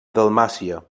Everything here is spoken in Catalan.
dalmàcia